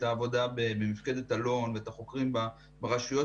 העבודה במפקדת אלון ואת החוקרים ברשויות,